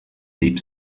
deep